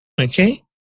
Okay